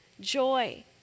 joy